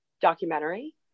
documentary